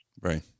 right